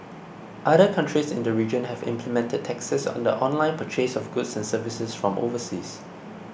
other countries in the region have implemented taxes on the online purchase of goods and services from overseas